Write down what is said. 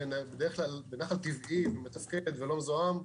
בדרך כלל בנחל טבעי, מתפקד ולא מזוהם,